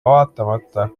vaatamata